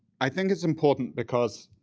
i think it's important because,